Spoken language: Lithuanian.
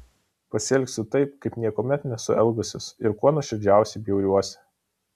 pasielgsiu taip kaip niekuomet nesu elgusis ir kuo nuoširdžiausiai bjauriuosi